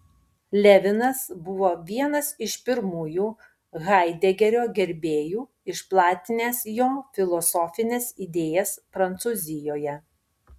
levinas buvo vienas iš pirmųjų haidegerio gerbėjų išplatinęs jo filosofines idėjas prancūzijoje